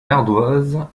ardoises